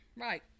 right